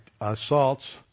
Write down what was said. assaults